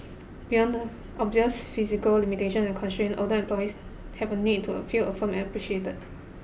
beyond the obvious physical limitation and constraint older employees have a need to a feel affirmed and appreciated